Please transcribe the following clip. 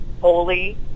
holy